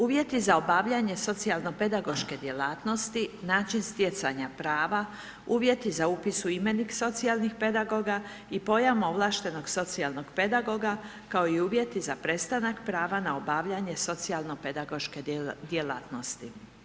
Uvjeti za obavljanje socijalno pedagoške djelatnosti, način stjecanja prava, uvjeti za upis u imenik socijalnih pedagoga i pojam ovlaštenog socijalnog pedagoga kao i uvjeti za prestanak prava na obavljanje socijalno-pedagoške djelatnosti.